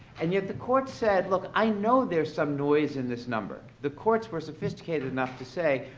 and yet the court said, look, i know there's some noise in this number. the courts were sophisticated enough to say,